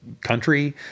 country